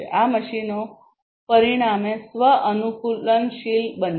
આ મશીનો પરિણામે સ્વ અનુકૂલનશીલ બનશે